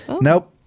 nope